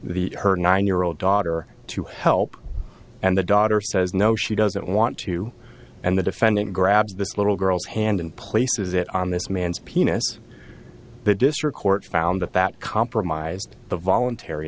the her nine year old daughter to help and the daughter says no she doesn't want to and the defendant grabs this little girl's hand and places it on this man's penis the district court found that that compromised the voluntar